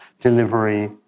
delivery